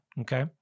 Okay